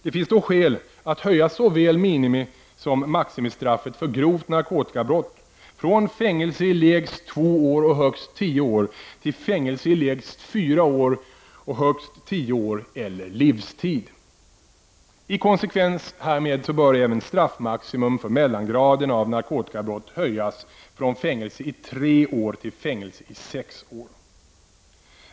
Det finns då skäl att höja såväl minimisom maximistraffet för grovt narkotikabrott från fängelse i lägst två år och högst tio år till fängelse i lägst fyra år och högst tio år eller livstid. I konsekvens härmed bör även straffmaximum för mellangraden av narkotikabrott höjas från fängelse i tre år till fängelse i sex år.